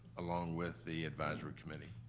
along with the advisory committee?